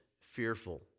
fearful